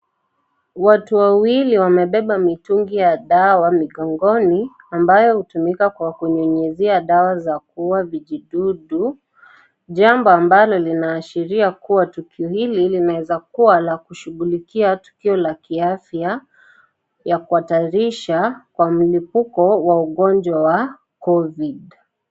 Watu wawili wamebeba mitungi ya dawa mgongoni, ambayo hutumika kwa kunyunyizia dawa za kuua vijidudu. Jambo ambalo linaashiria kuwa tukio hili, linaweza kuwa la kushughulikia tukio la kiafya ya kuhatarisha kwa milipuko wa ugonjwa wa Covid